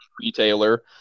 retailer